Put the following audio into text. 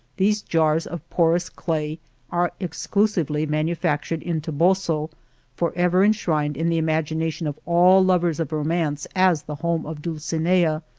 these jars of porous clay are exclusively manufactured in toboso forever enshrined in the imagination of all lovers of romance as the home of dulcinea,